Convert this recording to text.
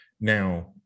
now